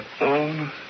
own